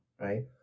Right